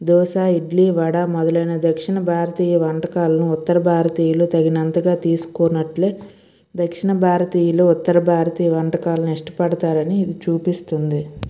దోస ఇడ్లీ వడ మొదలైన దక్షిణ భారతీయ వంటకాలను ఉత్తర భారతీయులు తగినంతగా తీసుకోనట్లే దక్షిణ భారతీయులు ఉత్తర భారతీయ వంటకాలను ఇష్టపడతారని ఇది చూపిస్తుంది